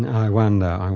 and and i wonder, i and